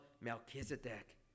Melchizedek